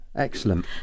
excellent